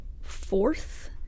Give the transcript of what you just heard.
fourth